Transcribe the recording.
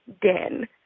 den